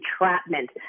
entrapment